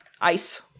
ice